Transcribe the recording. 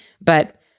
But-